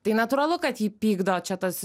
tai natūralu kad jį pykdo čia tas